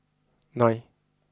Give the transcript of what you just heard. nine